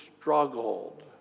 struggled